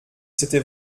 c’était